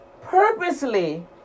purposely